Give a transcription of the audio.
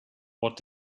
what